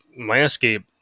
landscape